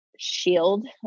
shield